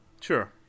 Sure